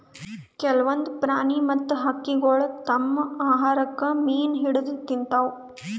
ಕೆಲ್ವನ್ದ್ ಪ್ರಾಣಿ ಮತ್ತ್ ಹಕ್ಕಿಗೊಳ್ ತಮ್ಮ್ ಆಹಾರಕ್ಕ್ ಮೀನ್ ಹಿಡದ್ದ್ ತಿಂತಾವ್